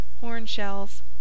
horn-shells